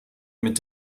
mit